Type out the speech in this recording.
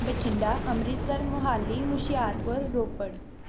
Bathinda Amritsar Mohali Hoshiarpur Ropar